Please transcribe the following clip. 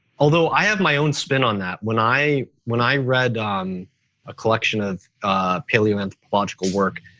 although i have my own spin on that. when i when i read a collection of paleoanthropological work,